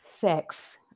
sex